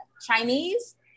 Chinese